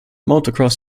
motocross